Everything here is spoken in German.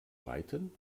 reiten